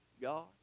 God